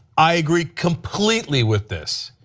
i agree completely with this.